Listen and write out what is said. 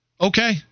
Okay